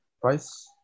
price